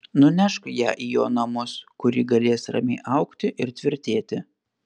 nunešk ją į jo namus kur ji galės ramiai augti ir tvirtėti